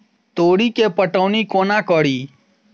तोरी केँ पटौनी कोना कड़ी?